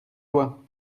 loi